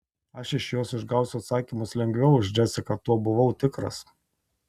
aš iš jos išgausiu atsakymus lengviau už džesiką tuo buvau tikras